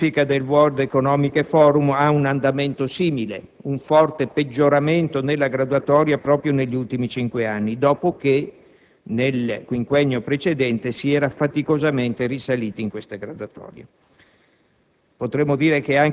Anche la classifica del *World economic forum* ha un andamento simile, con un forte peggioramento nella graduatoria proprio negli ultimi cinque anni, dopo che nel quinquennio precedente si era faticosamente risaliti. Potremmo dire